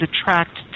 attract